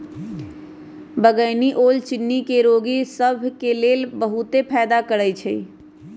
बइगनी ओल चिन्नी के रोगि सभ के लेल बहुते फायदा करै छइ